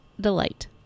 delight